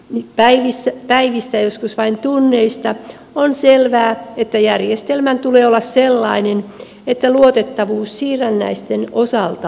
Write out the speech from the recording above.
nyt päivistä päivistä joskus vain tunneista on selvää ettei järjestelmän tulee olla sellainen että luotettavuus siirrännäisten osalta on riittävää